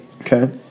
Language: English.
Okay